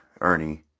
Ernie